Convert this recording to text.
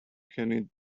can